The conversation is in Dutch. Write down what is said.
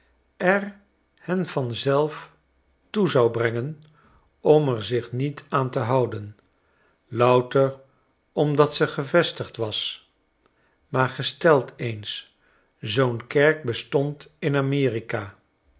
er hen vanzelf toe zou brengen om er zich niet aan te houden louter omdat ze gevestigd was maar gesteld eens zoo'n kerk bestond in amerika